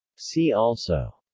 see also